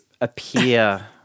appear